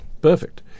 perfect